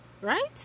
right